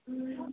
हूं